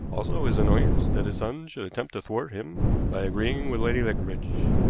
also his annoyance that his son should attempt to thwart him by agreeing with lady leconbridge.